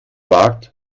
wagt